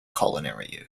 culinary